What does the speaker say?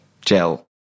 gel